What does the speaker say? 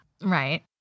right